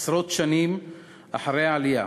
עשרות שנים אחרי העלייה,